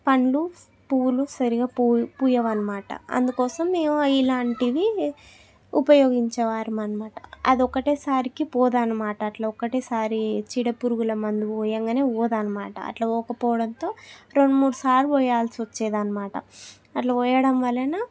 పండ్లు పువ్వులు సరిగ్గా పూయ పూయవు అన్నమాట అందుకోసం మేము ఇలాంటివి ఉపయోగించేవారము అన్నమాట అది ఒక్కటేసరికి పోదన్నమాట అట్లా ఒకటేసారి చీడపురుగుల మందు పోయగానే పోదన్నమాట అట్లా పోకపోవడంతో రెండు మూడుసార్లు పోయాల్సి వచ్చేదన్నమాట అట్లా పోయడం వలన